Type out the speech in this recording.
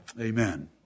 Amen